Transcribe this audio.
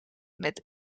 met